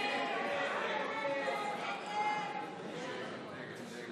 הסתייגות 50 לחלופין ד'